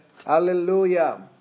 Hallelujah